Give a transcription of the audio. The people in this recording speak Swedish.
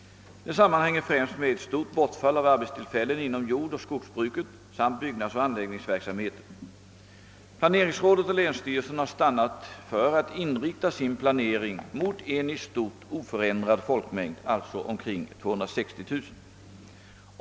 Det sammanhänger främst med ett stort bortfall av arbetstillfällen inom jordoch skogsbruket samt byggnadsoch anläggningsverksamheten. Planeringsrådet och länsstyrelsen har stannat för att inrikta sin planering mot en i stort oförändrad folkmängd, alltså omkring 260 000.